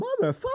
motherfucker